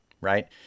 right